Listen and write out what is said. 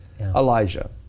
Elijah